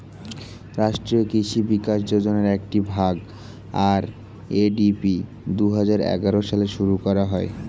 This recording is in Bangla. রাষ্ট্রীয় কৃষি বিকাশ যোজনার একটি ভাগ, আর.এ.ডি.পি দুহাজার এগারো সালে শুরু করা হয়